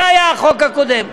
זה היה החוק הקודם.